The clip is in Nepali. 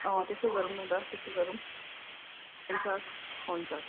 त्यसै गरौँ न त त्यसै गरौँ हुन्छ हुन्छ